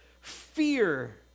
fear